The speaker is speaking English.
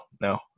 no